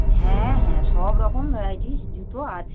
হ্যাঁ হ্যাঁ সব রকম ভ্যারাইটিস জুতো আছে